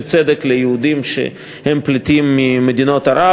צדק ליהודים שהם פליטים ממדינות ערב.